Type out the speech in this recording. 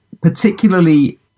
particularly